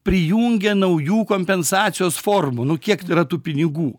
prijungia naujų kompensacijos formų nu kiek yra tų pinigų